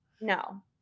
No